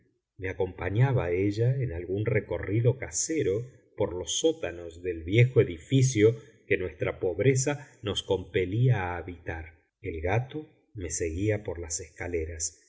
me acompañaba ella en algún recorrido casero por los sótanos del viejo edificio que nuestra pobreza nos compelía a habitar el gato me seguía por las escaleras